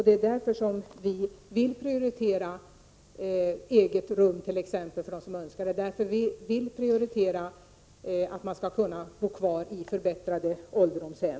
Det är därför vi vill prioritera exempelvis eget rum för dem som önskar det. Vi vill att det skall vara möjligt att bo kvar i förbättrade ålderdomshem.